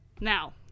Now